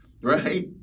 right